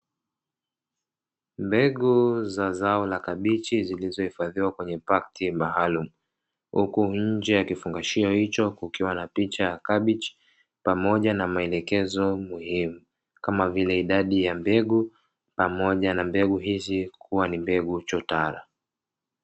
Mbegu za zao la kabichi zilizohifadhiwa kwenye paketi maalumu huku nje kukiwa na picha ya kabichi pamoja na maelekezo muhimu kama vile: idadi ya mbegu pamoja na mbegu hizi kuwa ni mbegu chotara.